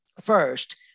first